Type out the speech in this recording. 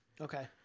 Okay